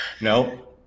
No